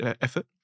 effort